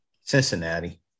Cincinnati